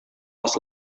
pos